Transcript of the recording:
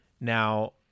Now